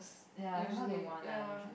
usually ya